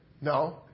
No